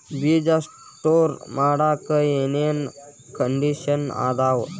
ಬೇಜ ಸ್ಟೋರ್ ಮಾಡಾಕ್ ಏನೇನ್ ಕಂಡಿಷನ್ ಅದಾವ?